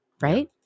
Right